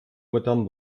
modern